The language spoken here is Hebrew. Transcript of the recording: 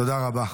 תודה רבה.